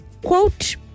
quote